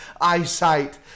eyesight